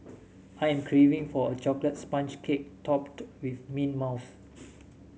I am craving for a chocolate sponge cake topped with mint mousse